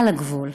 על הגבול.